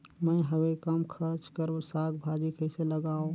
मैं हवे कम खर्च कर साग भाजी कइसे लगाव?